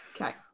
Okay